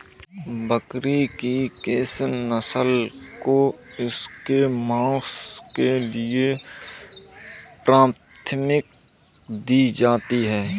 बकरी की किस नस्ल को इसके मांस के लिए प्राथमिकता दी जाती है?